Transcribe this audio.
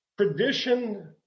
tradition